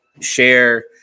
share